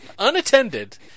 unattended